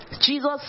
Jesus